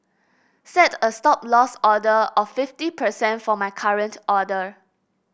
set a Stop Loss order of fifty percent for my current order